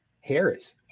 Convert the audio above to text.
Harris